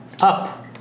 Up